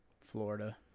florida